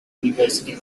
university